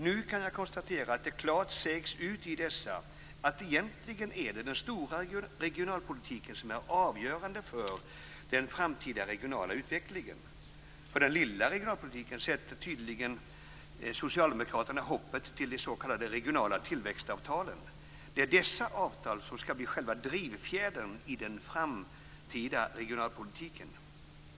Nu kan jag konstatera att det klart sägs ut i dessa att egentligen är det den stora regionalpolitiken som är avgörande för den framtida regionala utvecklingen. I den lilla regionalpolitiken sätter tydligen socialdemokraterna hoppet till de s.k. regionala tillväxtavtalen. Det är dessa avtal som skall bli själva drivfjädern i den framtida regionalpolitiken.